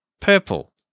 purple